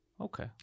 Okay